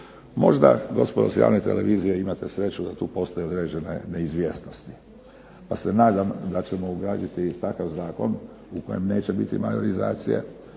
Možda gospodo s javne televizije imate sreću da tu postoje određene neizvjesnosti, pa se nadam da ćemo ugraditi i takav zakon u kojem neće biti majorizacije,